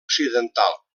occidental